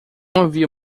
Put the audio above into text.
havia